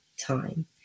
time